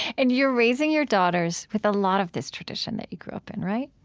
and you're raising your daughters with a lot of this tradition that you grew up in, right?